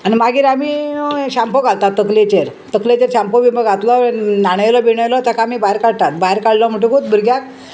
आनी मागीर आमी शँपो घालतात तकलेचेर तकलेचेर शॅम्पो बिंपू घातलो न्हाणयलो बिणयलो तेका आमी भायर काडटात भायर काडलो म्हणटकूच भुरग्याक